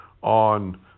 on